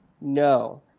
No